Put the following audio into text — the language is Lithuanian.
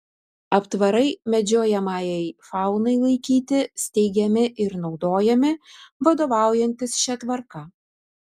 aptvarai medžiojamajai faunai laikyti steigiami ir naudojami vadovaujantis šia tvarka